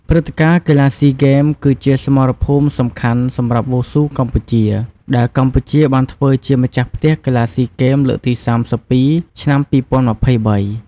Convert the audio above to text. ព្រឹត្តិការណ៍ កីឡាស៊ីហ្គេមគឺជាសមរភូមិសំខាន់សម្រាប់វ៉ូស៊ូកម្ពុជា។ ដែលកម្ពុជាបានធ្វើជាម្ចាស់ផ្ទះកីឡាស៊ីហ្គេមលើកទី៣២ ឆ្នាំ២០២៣។